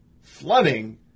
flooding